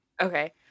Okay